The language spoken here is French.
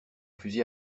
fusil